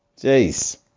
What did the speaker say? Jeez